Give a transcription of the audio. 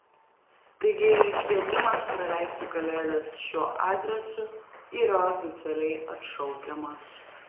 taigi kvietimas praleisti kalėdas šiuo adresu yra oficialiai atšaukiamas